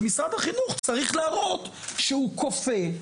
ומשרד החינוך צריך להראות שהוא כופה,